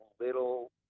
little